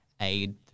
aid